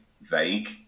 vague